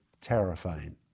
terrifying